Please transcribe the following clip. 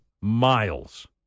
miles